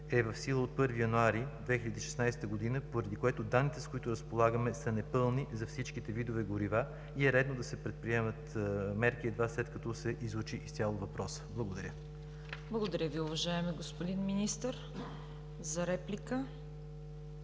е в сила от 1 януари 2016 г., поради което данните, с които разполагаме, са непълни за всичките видове горива и е редно да се предприемат мерки едва след като се изучи изцяло въпросът. Благодаря. ПРЕДСЕДАТЕЛ ЦВЕТА КАРАЯНЧЕВА: Благодаря Ви, уважаеми господин Министър. За реплика